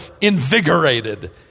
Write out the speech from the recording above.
invigorated